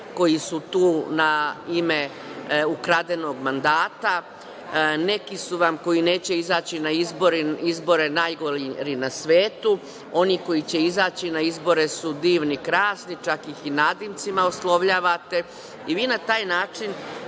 koji su tu na ime ukradenog mandata. Neki su vam, koji neće izaći na izbore, najgori na svetu. Oni koji će izaći na izbore su divni, krasni, čak ih i nadimcima oslovljavate. Vi na taj način